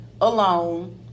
alone